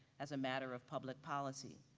as a matter of public policy.